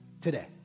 today